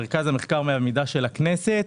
מרכז המחקר והמידע של הכנסת,